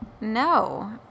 no